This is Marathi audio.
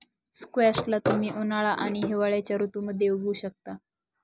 स्क्वॅश ला तुम्ही उन्हाळा आणि हिवाळ्याच्या ऋतूमध्ये उगवु शकता